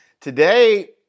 Today